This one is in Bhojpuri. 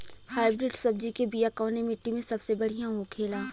हाइब्रिड सब्जी के बिया कवने मिट्टी में सबसे बढ़ियां होखे ला?